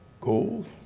gold